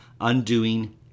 Undoing